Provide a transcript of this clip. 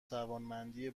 توانمندی